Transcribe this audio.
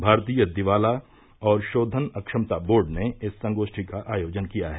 भारतीय दिवाला और शोधन अक्षमता बोर्ड ने इस संगोष्ठी का आयोजन किया है